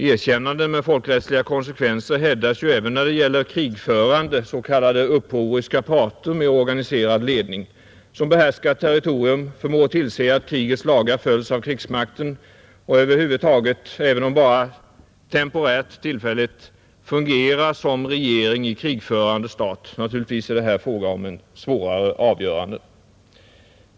Erkännanden med folkrättsliga konsekvenser hävdas ju även när det gäller krigförande s.k. upproriska parter med organiserad ledning som behärskar ett territorium, förmår tillse att krigets lagar följs av krigsmakten och över huvud taget, även om det bara är tillfälligt, fungerar som regering i krigförande stat. Naturligtvis är det här fråga om svårare avgöranden.